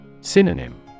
Synonym